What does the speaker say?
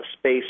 space